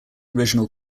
original